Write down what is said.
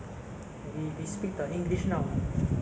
oh is it the albert hawker centre